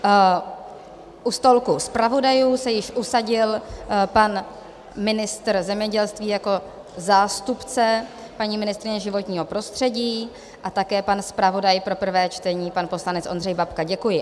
U stolku zpravodajů se již usadil pan ministr zemědělství jako zástupce paní ministryně životního prostředí a také pan zpravodaj pro prvé čtení, pan poslanec Ondřej Babka, děkuji.